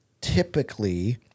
typically